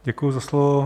Děkuju za slovo.